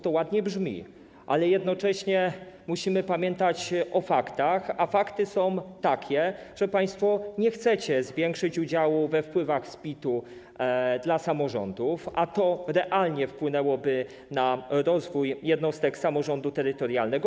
To ładnie brzmi, ale jednocześnie musimy pamiętać o faktach, a fakty są takie, że państwo nie chcecie zwiększyć udziału we wpływach z PIT-u dla samorządów, a to realnie wpłynęłoby na rozwój jednostek samorządu terytorialnego.